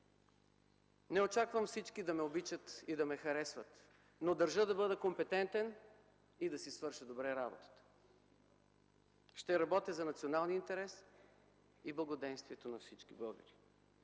Не очаквам всички да ме обичат и да ме харесват, но държа да бъда компетентен и да си свърша добре работата. Ще работя за националния интерес и благоденствието на всички българи.